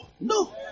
No